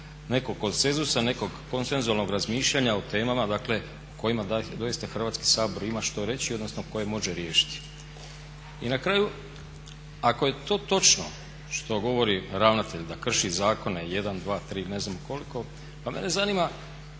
nekog konsenzusa, nekog konsensualnog razmišljanja o temama, dakle o kojima doista Hrvatski sabor ima što reći, odnosno koje može riješiti. I na kraju, ako je to točno što govori ravnatelj da krši zakone jedan, dva, tri, ne znam koliko, pa mene zanima